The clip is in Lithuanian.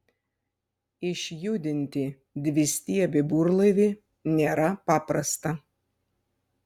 išjudinti dvistiebį burlaivį nėra paprasta